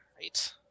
Right